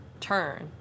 turn